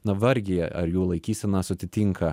na vargiai ar jų laikysenas atitinka